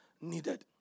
needed